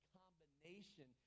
combination